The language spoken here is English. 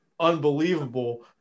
unbelievable